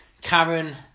Karen